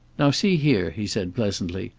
now see here, he said pleasantly.